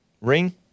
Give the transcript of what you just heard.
ring